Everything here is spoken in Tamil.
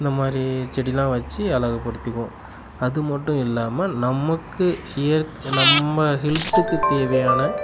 இந்த மாதிரி செடிலாம் வச்சி அழகு படுத்திக்குவோம் அது மட்டும் இல்லாமல் நமக்கு இயற் நம்ம ஹெல்த்துக்கு தேவையான